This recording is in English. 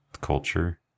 culture